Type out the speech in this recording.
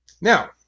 Now